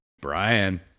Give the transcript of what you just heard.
Brian